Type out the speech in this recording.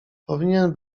powinien